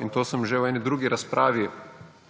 in to sem že v eni drugi razpravi,